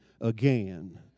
again